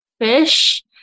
fish